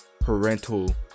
parental